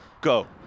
Go